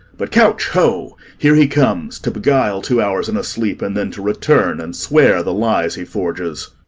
but couch, ho! here he comes to beguile two hours in a sleep, and then to return and swear the lies he forges.